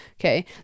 okay